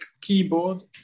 keyboard